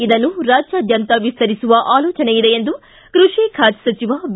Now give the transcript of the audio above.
ಇದನ್ನು ರಾಜ್ಯಾದ್ಯಂತ ವಿಸ್ತರಿಸುವ ಆಲೋಚನೆಯಿದೆ ಎಂದು ಕೃಷಿ ಖಾತೆ ಸಚಿವ ಬಿ